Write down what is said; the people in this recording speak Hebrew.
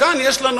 כאן יש לנו